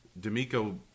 D'Amico